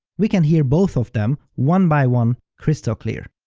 we can hear both of them one by one, crystal clear.